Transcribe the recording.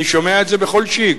אני שומע את זה בכל "שיג":